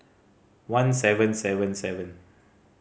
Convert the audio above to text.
one seven seven seven